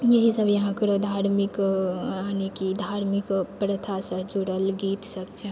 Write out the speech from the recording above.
इही सब यहाँके धार्मिक यानिकि धार्मिक प्रथासँ जुड़ल गीत सब छै